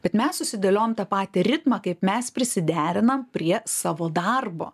bet mes susidėliojam tą patį ritmą kaip mes prisiderinam prie savo darbo